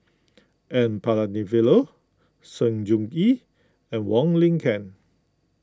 N Palanivelu Sng Choon Yee and Wong Lin Ken